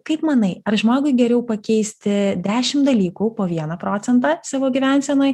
kaip manai ar žmogui geriau pakeisti dešim dalykų po vieną procentą savo gyvensenoj